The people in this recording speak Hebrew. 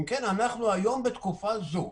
אם כן, אנחנו היום, בתקופה זו,